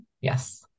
Yes